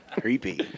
Creepy